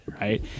Right